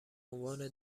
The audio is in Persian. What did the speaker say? عنوان